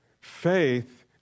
Faith